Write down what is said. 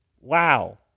Wow